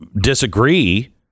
disagree